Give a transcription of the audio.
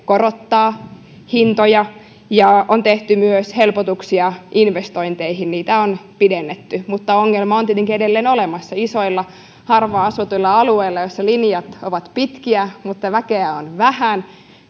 korottaa hintoja ja on tehty myös helpotuksia investointeihin niitä on pidennetty mutta ongelma on tietenkin edelleen olemassa isoilla harvaan asutuilla alueilla joilla linjat ovat pitkiä mutta väkeä on vähän